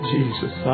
Jesus